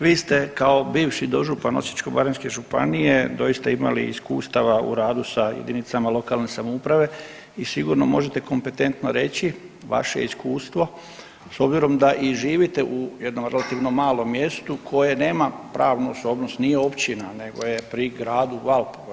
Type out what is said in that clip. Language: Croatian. Vi ste kao bivši dožupan Osječko-baranjske županije doista imali iskustava u radu sa jedinicama lokalne samouprave i sigurno može kompetentno reći vaše iskustvo s obzirom da i živite u jednom relativnom malom mjestu koje nema pravu osobnost, nije općina nego je pri gradu Valpovu.